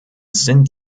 sind